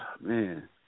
man